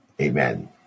Amen